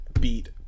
beat